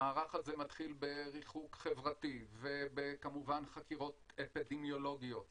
המערך הזה מתחיל בריחוק חברתי וכמובן בחקירות אפידמיולוגיות וגם,